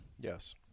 Yes